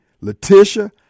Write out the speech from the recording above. Letitia